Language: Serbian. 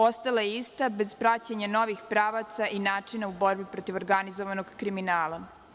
Ostala je ista bez praćenje novih pravaca i načina u borbi protiv organizovanog kriminala.